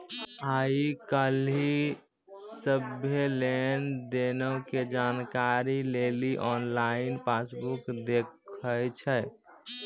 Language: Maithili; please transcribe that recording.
आइ काल्हि सभ्भे लेन देनो के जानकारी लेली आनलाइन पासबुक देखै छै